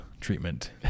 treatment